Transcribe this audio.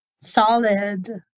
solid